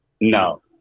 No